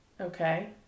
Okay